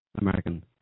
American